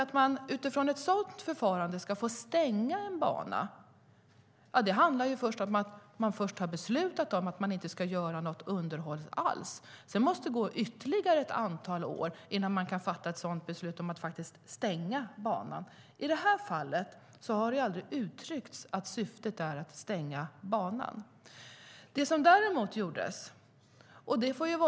Om man utifrån ett sådant förfarande ska gå så långt att man ska få stänga en bana har man först beslutat om att inte göra något underhåll alls. Sedan måste det gå ytterligare ett antal år innan man kan fatta beslut om att faktiskt stänga banan. I det här fallet har det aldrig uttryckts att syftet är att stänga banan. Däremot stängde Trafikverket banan av säkerhetsskäl.